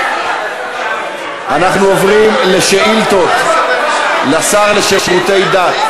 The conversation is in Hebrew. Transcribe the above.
אנחנו עוברים לשאילתות לשר לשירותי דת.